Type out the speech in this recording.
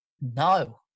No